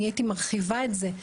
אני הייתי מרחיבה את זה.